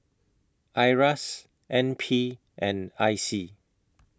IRAS N P and I C